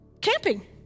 camping